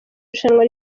irushanwa